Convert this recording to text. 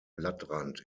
blattrand